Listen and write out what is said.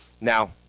Now